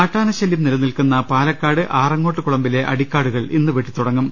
കാട്ടാനശലൃം നിലനിൽക്കുന്ന പാലക്കാട് ആറങ്ങോട്ട് കുളമ്പിലെ അടിക്കാടുകൾ ഇന്ന് വെട്ടി തുടങ്ങും